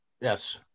Yes